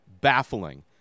baffling